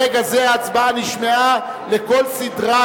ברגע זה הודעה על ההצבעה נשמעה לכל סדרת